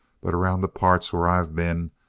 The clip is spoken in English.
but around the parts where i've been,